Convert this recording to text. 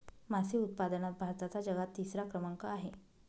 मासे उत्पादनात भारताचा जगात तिसरा क्रमांक आहे